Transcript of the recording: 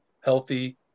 healthy